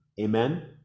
Amen